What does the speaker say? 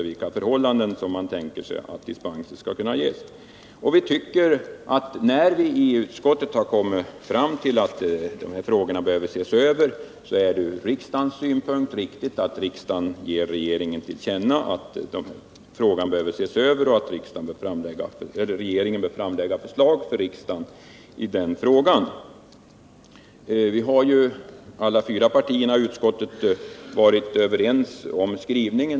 Vi tycker att när vi i utskottet kommit fram till att de här frågorna behöver ses över, så är det riktigt att riksdagen ger regeringen detta till känna och att regeringen framlägger förslag i frågan. Alla fyra partierna i utskottet har ju varit överens om skrivningen.